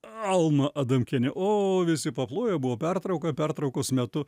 alma adamkienė o visi paplojo buvo pertrauka pertraukos metu